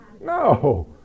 no